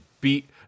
beat